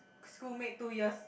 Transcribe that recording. schoolmate two years